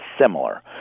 similar